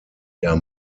der